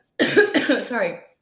sorry